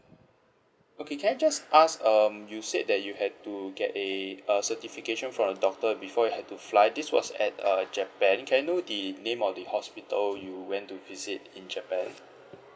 okay can I just ask um you said that you had to get a a certification from a doctor before you had to fly this was at uh japan can I know the name of the hospital you went to visit in japan